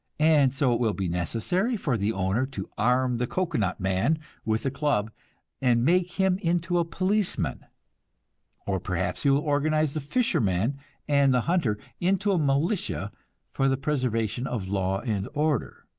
and so it will be necessary for the owner to arm the cocoanut man with a club and make him into a policeman or perhaps he will organize the fisherman and the hunter into a militia for the preservation of law and order.